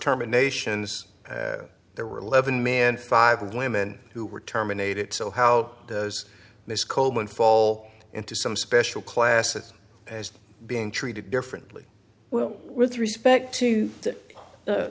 terminations there were eleven men five women who were terminated so how does this coleman fall into some special classes as being treated differently well with respect to